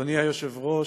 אדוני היושב-ראש,